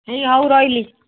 ହେଇ ହଉ ରହିଲି